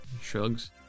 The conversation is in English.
Shrugs